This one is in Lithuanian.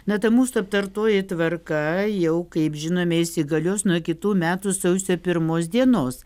na ta mūsų aptartoji tvarka jau kaip žinome įsigalios nuo kitų metų sausio pirmos dienos